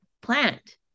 plant